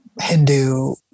Hindu